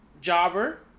jobber